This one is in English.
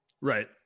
right